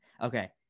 okay